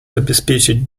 обеспечить